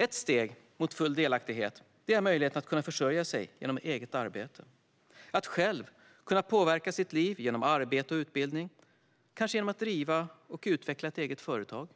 Ett steg mot full delaktighet är att kunna försörja sig genom eget arbete, att själv kunna påverka sitt liv genom arbete och utbildning - kanske genom att driva och utveckla ett eget företag. Centerpartiet